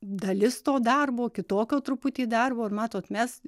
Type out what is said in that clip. dalis to darbo kitokio truputį darbo ir matot mes